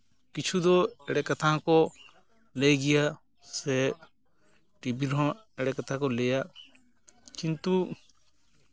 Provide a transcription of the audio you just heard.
ᱠᱤᱪᱷᱩ ᱫᱚ ᱮᱲᱮ ᱠᱟᱛᱷᱟ ᱦᱚᱸᱠᱚ ᱞᱟᱹᱭ ᱜᱮᱭᱟ ᱥᱮ ᱴᱤᱵᱷᱤ ᱨᱮᱦᱚᱸ ᱮᱲᱮ ᱠᱟᱛᱷᱟ ᱠᱚ ᱞᱟᱹᱭᱟ ᱠᱤᱱᱛᱩ